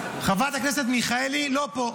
חברת הכנסת מיכאלי לא פה.